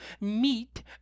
Meat